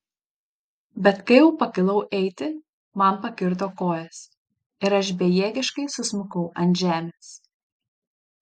bet kai jau pakilau eiti man pakirto kojas ir aš bejėgiškai susmukau ant žemės